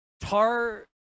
tar